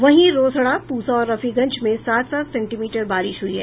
वहीं रोसड़ा पूसा और रफीगंज में सात सात सेंटीमीटर बारिश हुई है